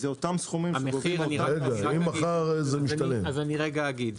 אז אני רגע אגיד,